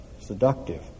seductive